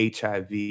HIV